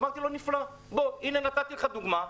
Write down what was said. אמרתי לו, אוקיי, נתתי לך דוגמה,